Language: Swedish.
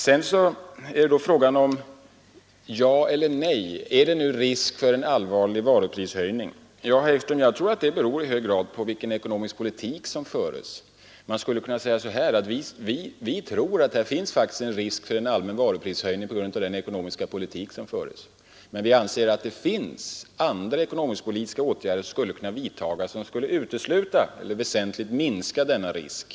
Här har berörts frågan om det nu är risk för en allmän varuprishöjning. Ja, herr Ekström, jag tror att detta i hög grad beror på vilken ekonomisk politik som förs. Vi tror att det faktiskt föreligger en allvarlig risk för en varuprishöjning på grund av den ekonomiska politik som förs, men vi anser att det bör vidtas andra ekonomisk-politiska åtgärder som skulle utesluta eller väsentligt minska denna risk.